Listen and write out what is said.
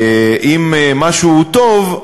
אם משהו טוב,